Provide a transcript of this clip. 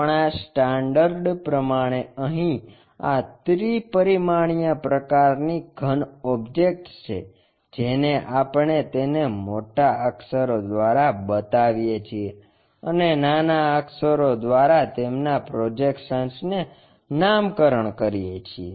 આપણા સ્ટાન્ડર્ડ પ્રમાણે અહી આ ત્રિપરિમાણીય પ્રકારની ઘન ઓબ્જેક્ટ્સ છે જેને આપણે તેને મોટા અક્ષરો દ્વારા બતાવીએ છીએ અને નાના અક્ષરો દ્વારા તેમના પ્રોજેક્શન્સ ને નામકરણ કરીએ છીએ